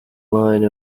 line